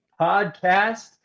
podcast